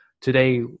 Today